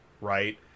right